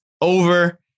over